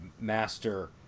master